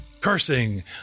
cursing